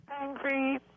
angry